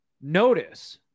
Notice